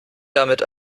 damit